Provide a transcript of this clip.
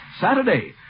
Saturday